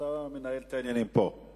ההצעה להעביר את הנושא לוועדת החוקה,